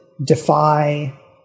Defy